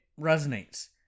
resonates